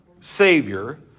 Savior